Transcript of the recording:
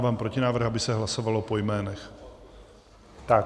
Dávám protinávrh, aby se hlasovalo po jménech.